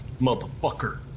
motherfucker